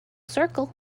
circle